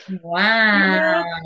Wow